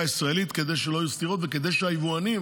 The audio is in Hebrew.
הישראלית כדי שלא יהיו סתירות וכדי שהיבואנים,